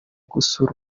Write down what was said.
gusura